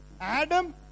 Adam